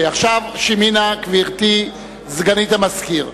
שמעי נא, גברתי סגנית המזכיר,